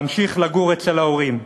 להמשיך לגור אצל ההורים.